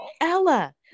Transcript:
Ella